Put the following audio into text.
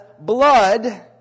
blood